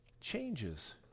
changes